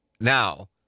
now